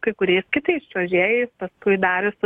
kai kuriais kitais čiuožėjais paskui darius